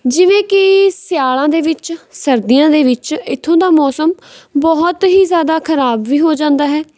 ਜਿਵੇਂ ਕਿ ਸਿਆਲਾਂ ਦੇ ਵਿੱਚ ਸਰਦੀਆਂ ਦੇ ਵਿੱਚ ਇੱਥੋਂ ਦਾ ਮੌਸਮ ਬਹੁਤ ਹੀ ਜ਼ਿਆਦਾ ਖਰਾਬ ਵੀ ਹੋ ਜਾਂਦਾ ਹੈ